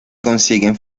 consiguen